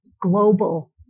global